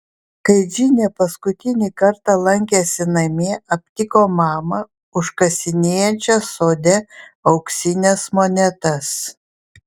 kai džinė paskutinį kartą lankėsi namie aptiko mamą užkasinėjančią sode auksines monetas